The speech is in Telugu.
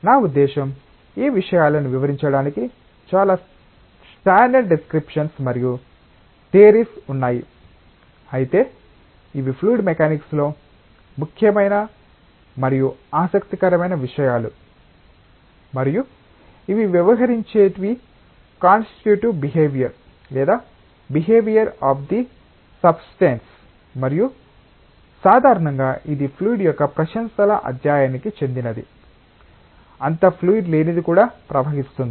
నా ఉద్దేశ్యం ఈ విషయాలను వివరించడానికి చాలా స్టాండర్డ్ డిస్క్రిప్షన్స్ మరియు థియరీస్ ఉన్నాయి అయితే ఇవి ఫ్లూయిడ్ మెకానిక్స్లో ముఖ్యమైన మరియు ఆసక్తికరమైన విషయాలు మరియు ఇవి వ్యవహరించేవి కాన్స్టిట్యూటివే బిహేవియర్ లేదా బిహేవియర్ ఆఫ్ ది సబ్స్టెన్స్ మరియు సాధారణంగా ఇది ఫ్లూయిడ్ యొక్క ప్రశంసల అధ్యయనానికి చెందినది అంత ఫ్లూయిడ్ లేనిది కూడా ప్రవహిస్తుంది